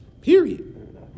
Period